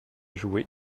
jouer